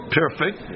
perfect